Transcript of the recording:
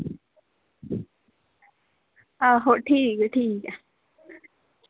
आहो ठीक ठीक